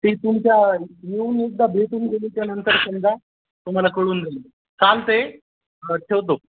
ती तुमच्या येऊन एकदा भेटून गेल्यानंतर समजा तुम्हाला कळून जाईल चालतं हा ठेवतो